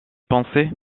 pensées